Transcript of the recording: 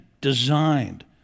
designed